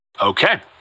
Okay